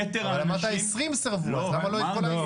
אבל אמרת 20 סירבו, אז למה לא את כל ה-20?